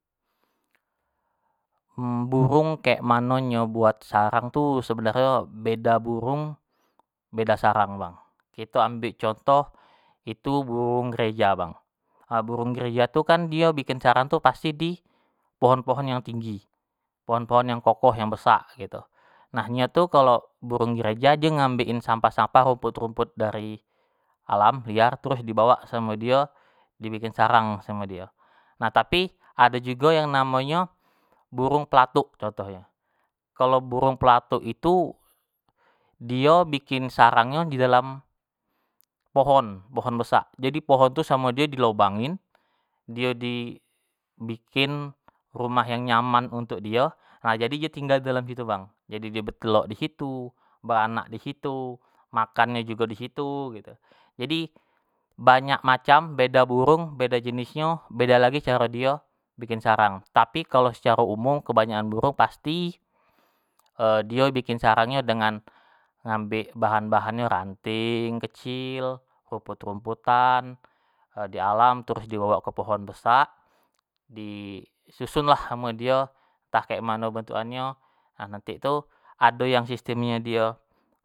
burung kek mano nyo buat sarang tu sebenarnyo beda burung beda sarang bang, kito ambek contoh itu burung gereja bang, burung gereja tu kan dio bikin sarang nyo tu pasti di pohon-pohon yang tinggi, pohon-pohon yang kokoh, yang besak gitu, nah nyo tuh kalo burung gereja dio tu ngambek in sampah-sampah, rumput-rumput dari alam lair, terus dibawak samo dio, dibikin sarang samo dio, nah tapi ado jugo yang namonyo burung pelatuk contohnyo, kalau burung pelatuk itu dio bikin sarang nyo didalam pohon, pohon besak, jadi pohon tu samo dio tu di lobangin, dio di dibikin rumah yang nyaman untuk dio, nah dio tu tinggal didalam situ bang, jadi dio betelok disitu, beranak disitu, makan nyo jugo disitu gitu kan, jadi banyak macam beda burung, beda jenisnyo beda lagi caro dio bikin sarang, tapi kalau secara umum kebanyakan burung pasti dio bikin sarangnyo dengan ngambek bahan-bahannyo ranting kecil, rumput-rumputan di alam terus dibawak ke pohon besak di sususnlah samo dio entah kek mano bentuk an nyo, nah nanti tu ado yang sistim nyo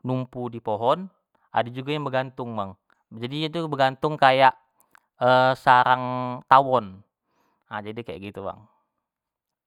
numpu di pohon ado jugo yang begantung bang. jadi dio tu begantung kayak sarang tawon, jadi nyo kek begitu bang.